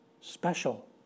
special